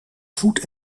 voet